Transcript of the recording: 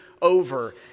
over